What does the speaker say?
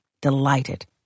delighted